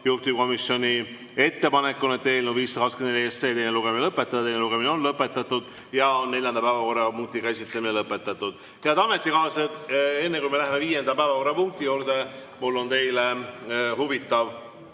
Juhtivkomisjoni ettepanek on eelnõu 524 teine lugemine lõpetada. Teine lugemine on lõpetatud ja ka neljanda päevakorrapunkti käsitlemine lõpetatud. Head ametikaaslased, enne kui me läheme viienda päevakorrapunkti juurde, on mul teile huvitav